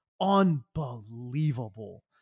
unbelievable